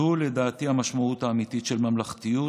לדעתי, זו המשמעות האמיתית של ממלכתיות.